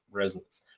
resonance